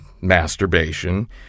masturbation